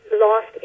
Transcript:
lost